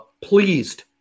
pleased